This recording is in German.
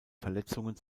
verletzungen